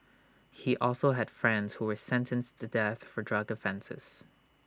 he also had friends who were sentenced to death for drug offences